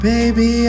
Baby